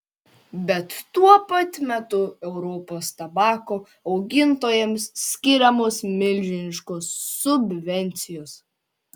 bet tuo pat metu europos tabako augintojams skiriamos milžiniškos subvencijos